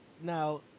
now